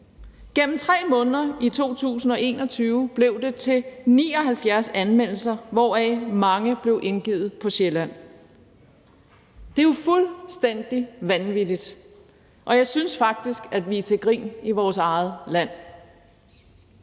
Gennem 3 måneder i 2021 blev det til 79 anmeldelser, hvoraf mange blev indgivet på Sjælland. Det er jo fuldstændig vanvittigt, og jeg synes faktisk, at vi er til grin i vores eget land.